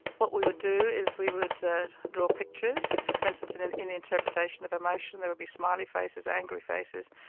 what we would do is we would draw pictures, for instance in and in the interpretation of emotion there would be smiley faces, angry faces,